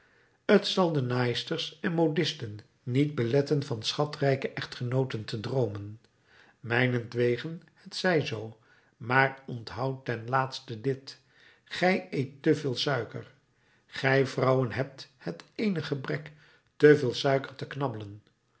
t zal de naaisters en modisten niet beletten van schatrijke echtgenooten te droomen mijnentwege het zij zoo maar onthoudt ten laatste dit gij eet te veel suiker gij vrouwen hebt het eenig gebrek te veel suiker te knabbelen